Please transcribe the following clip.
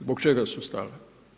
Zbog čega su stale?